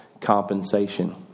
compensation